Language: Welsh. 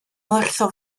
wrtho